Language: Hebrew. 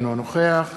אינו נוכח